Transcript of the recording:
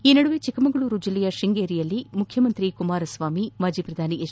ಈ ನಡುವೆ ಚಿಕ್ಕಮಗಳೂರು ಜಿಲ್ಲೆಯ ಶೃಂಗೇರಿಯಲ್ಲಿ ಮುಖ್ಯಮಂತ್ರಿ ಕುಮಾರ ಸ್ವಾಮಿ ಮಾಜಿ ಪ್ರಧಾನಿ ಎಜ್